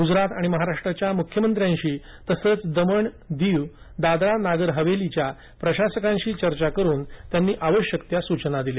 गुजरात आणि महाराष्ट्राच्या मुख्यमंत्र्यांशी तसंच दमण दीव आणि दादरा नागर हवेलीच्या प्रशासकांशी चर्चा करून त्यांनी आवश्यक सूचना दिल्या